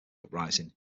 uprising